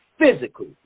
physically